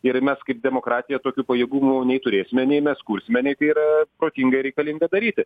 ir mes kaip demokratija tokių pajėgumų nei turėsime nei mes kursime nei tai yra protinga ir reikalinga daryti